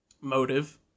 Motive